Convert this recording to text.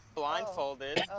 blindfolded